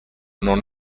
non